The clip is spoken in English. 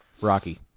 Rocky